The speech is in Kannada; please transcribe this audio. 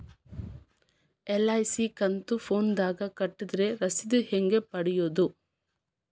ಎಲ್.ಐ.ಸಿ ಕಂತು ಫೋನದಾಗ ಕಟ್ಟಿದ್ರ ರಶೇದಿ ಹೆಂಗ್ ಪಡೆಯೋದು?